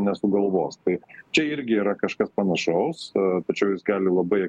nesugalvos tai čia irgi yra kažkas panašaus tačiau jis gali labai